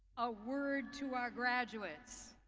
a word to our graduates.